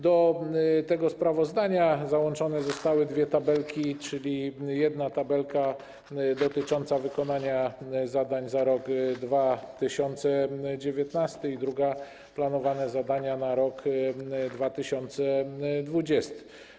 Do tego sprawozdania załączone zostały dwie tabelki - jedna tabelka dotyczy wykonania zadań za rok 2019, druga to planowane zadania na rok 2020.